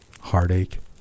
Heartache